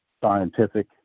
scientific